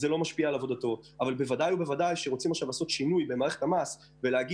בוודאי שאם רוצים לעשות שינוי במערכת המס ולהחליט